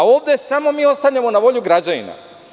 Ovde samo ostavljamo na volju građanina.